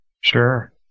Sure